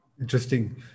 Interesting